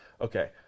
Okay